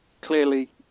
clearly